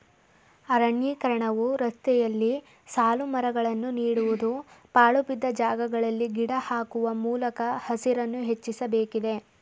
ಅರಣ್ಯೀಕರಣವು ರಸ್ತೆಯಲ್ಲಿ ಸಾಲುಮರಗಳನ್ನು ನೀಡುವುದು, ಪಾಳುಬಿದ್ದ ಜಾಗಗಳಲ್ಲಿ ಗಿಡ ಹಾಕುವ ಮೂಲಕ ಹಸಿರನ್ನು ಹೆಚ್ಚಿಸಬೇಕಿದೆ